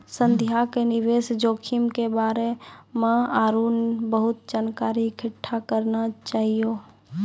संध्या के निवेश जोखिम के बारे मे आरु बहुते जानकारी इकट्ठा करना चाहियो